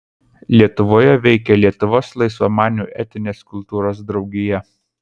lietuvoje veikė lietuvos laisvamanių etinės kultūros draugija